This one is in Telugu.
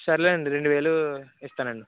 సరే లేండి రెండు వేలు ఇస్తాను అండి